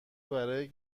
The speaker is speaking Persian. برای